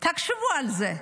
תחשבו על זה,